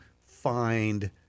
find